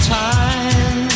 time